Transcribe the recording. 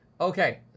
Okay